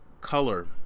color